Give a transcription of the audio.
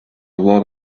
lot